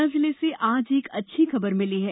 पन्ना जिले से आज एक अच्छी खबर मिली हैं